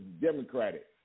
Democratic